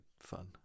fun